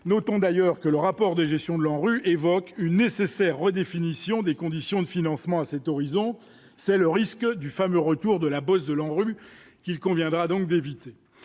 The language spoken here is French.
notons d'ailleurs que le rapport de gestion de l'ANRU évoque une nécessaire redéfinition des conditions de financement à cet horizon, c'est le risque du fameux retour de la bosse de l'ANRU qu'il conviendra donc d'éviter,